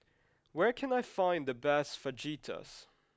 where can I find the best Fajitas